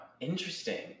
Interesting